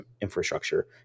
infrastructure